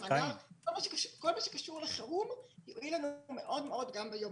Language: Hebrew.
כל מה שקשור לחירום יועיל לנו מאוד מאוד גם ביום-יום.